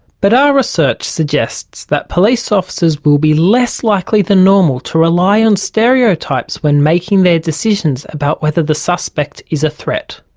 but our research suggests that police officers will be less likely than normal to rely on stereotypes when making their decisions about whether the suspect is a threat.